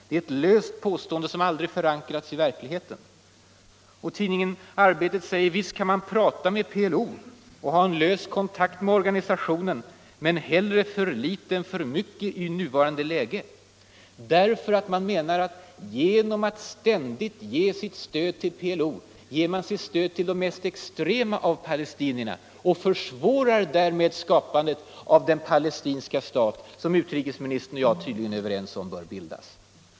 ”Det är ett löst påstående som aldrig förankrats i verkligheten.” Tidningen Arbetet säger vidare att ”visst kan man prata med PLO och ha en lös kontakt med organisationen. Men hellre för litet än för mycket i nuvarande läge” Jag menar att genom att ständigt ge sitt stöd till PLO stärker man de mest extrema av palestinierna och försvårar därmed skapandet av den palestinska stat, som utrikesministern och jag tydligen är överens om bör bildas.